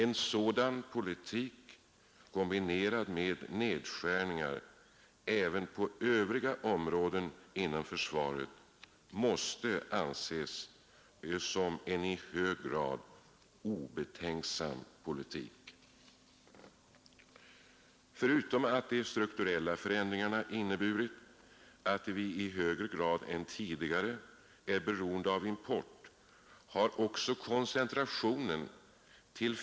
En sådan politik, kombinerad med nedskärningar även på övriga områden inom försvaret, måste anses som i hög grad obetänksam. Förutom att de strukturella förändringarna inneburit att vi i högre grad än tidigare är beroende av import har också koncentrationen till .